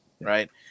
right